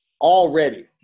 Already